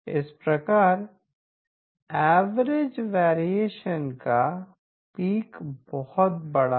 इस प्रकार average variation का पिक बहुत बड़ा है